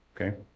Okay